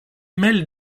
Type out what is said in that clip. mêlent